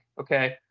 Okay